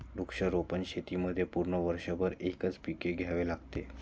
वृक्षारोपण शेतीमध्ये पूर्ण वर्षभर एकच पीक घ्यावे लागते